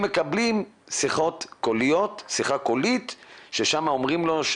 הם מקבלים שיחה קולית ששם אומרים לו,